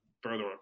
further